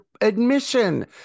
admission